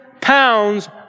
pounds